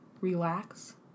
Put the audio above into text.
relax